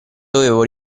dovevo